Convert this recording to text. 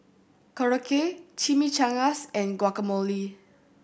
Korokke Chimichangas and Guacamole